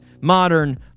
modern